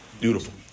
Beautiful